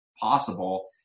possible